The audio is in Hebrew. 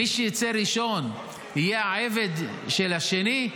מי שיצא ראשון יהיה העבד של השני,